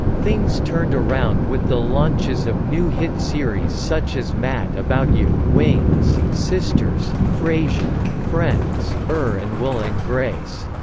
things turned around with the launches of new hit series such as mad about you, wings, sisters, frasier, friends, er and will and grace.